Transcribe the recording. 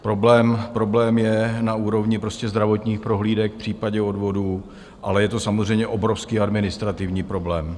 Problém je na úrovni zdravotních prohlídek v případě odvodů, ale je to samozřejmě obrovský administrativní problém.